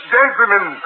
gentlemen